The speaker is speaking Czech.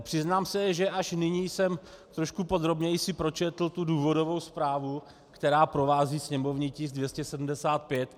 Přiznám se, že až nyní jsem si trošku podrobněji pročetl důvodovou zprávu, která provází sněmovní tisk 275.